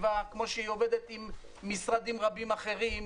הסביבה כמו שהיא עובדת עם משרדים רבים אחרים,